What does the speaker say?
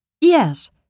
Yes